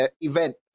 event